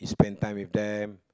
you spend time with them